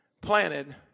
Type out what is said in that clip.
Planted